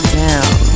down